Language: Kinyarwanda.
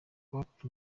hope